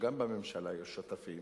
שגם בממשלה יש שותפים